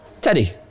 Teddy